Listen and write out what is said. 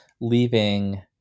leaving